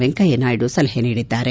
ವೆಂಕಯ್ಜನಾಯ್ದು ಸಲಹೆ ನೀಡಿದ್ದಾರೆ